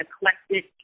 eclectic